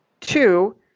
Two